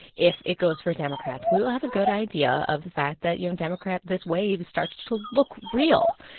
if it goes for democrats, we will have a good idea of the fact that, you know, and democrat this wave starts to to look real.